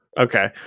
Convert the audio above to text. Okay